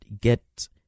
get